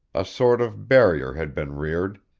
a sort of barrier had been reared.